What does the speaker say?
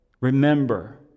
remember